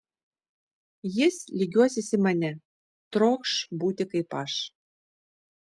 jis lygiuosis į mane trokš būti kaip aš